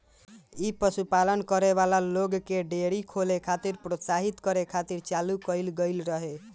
इ पशुपालन करे वाला लोग के डेयरी खोले खातिर प्रोत्साहित करे खातिर चालू कईल गईल रहे